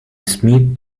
smith